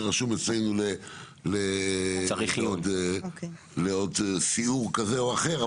זה רשום אצלו לעוד סיעור כזה או אחר.